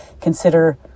consider